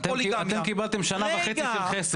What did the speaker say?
אתם קיבלתם שנה וחצי של חסד,